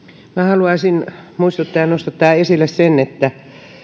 haluaisin muistuttaa ja nostattaa esille sen että